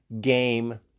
game